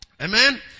Amen